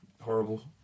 horrible